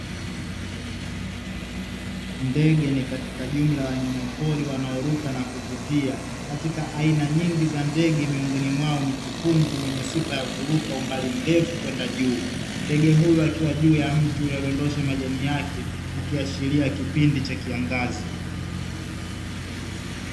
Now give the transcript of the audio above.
Ndege ni katika jumla ya wanyamapori wanaoruka na kuvutia. Katika aina nyingi za ndege, miongoni mwao ni kipungu mwenye sifa ya kuruka umbali mrefu kwenda juu. Ndege huyu akiwa juu ya mti huyadondosha majani yake, ukiashiria kipindi cha kiangazi.